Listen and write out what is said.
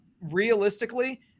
Realistically